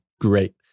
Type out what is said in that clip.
Great